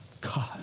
God